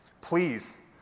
please